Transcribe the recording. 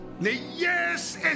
Yes